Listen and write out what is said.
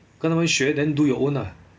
跟他学 then do your own lah